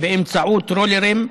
באמצעות רולרים,